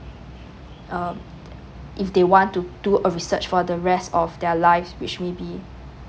uh if they want to do a research for the rest of their life which maybe